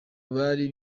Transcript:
bari